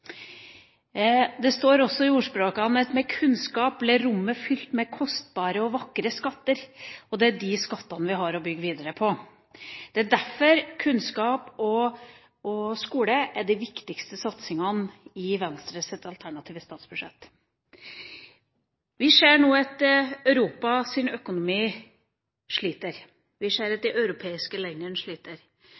Det står også i et av ordspråkene: Med kunnskap ble rommet fylt av kostbare, vakre skatter. Det er de skattene vi har å bygge videre på. Det er derfor kunnskap og skole er de viktigste satsingene i Venstres alternative statsbudsjett. Vi ser nå at Europas økonomi sliter. Vi ser at de europeiske landene sliter.